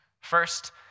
First